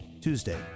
Tuesday